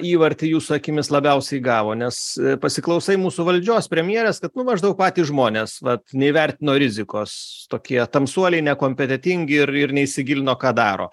įvartį jūsų akimis labiausiai gavo nes pasiklausai mūsų valdžios premjerės kad nu maždaug patys žmonės vat neįvertino rizikos tokie tamsuoliai nekompetentingi ir ir neįsigilino ką daro